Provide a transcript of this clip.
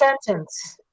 sentence